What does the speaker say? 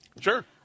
Sure